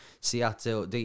Seattle